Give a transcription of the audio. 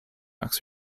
rocks